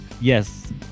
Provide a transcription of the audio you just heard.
yes